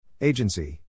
Agency